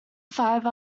five